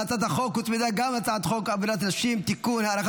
להצעת החוק הוצמדה גם הצעת חוק עבודת נשים (תיקון הארכת